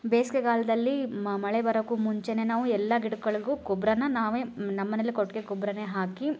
ಬೇಸಿಗೆಗಾಲ್ದಲ್ಲಿ ಮಳೆ ಬರೋಕು ಮುಂಚೆಯೇ ನಾವು ಎಲ್ಲ ಗಿಡಗಳಿಗೂ ಗೊಬ್ಬರನ ನಾವೇ ನಮ್ಮನೇಲೆ ಕೊಟ್ಟಿಗೆ ಗೊಬ್ಬರನೇ ಹಾಕಿ